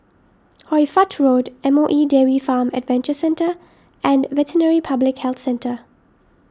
Hoy Fatt Road M O E Dairy Farm Adventure Centre and Veterinary Public Health Centre